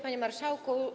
Panie Marszałku!